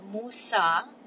Musa